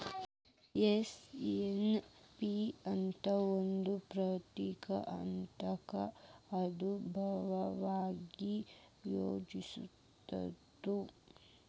SNP ಅಂತ್ ಒಂದ್ ಪ್ರತಿಷ್ಠಾನ ಅದಲಾ ಅದು ಅಭ್ಯಾಸ ವರ್ಗ ಏರ್ಪಾಡ್ಮಾಡಿತ್ತು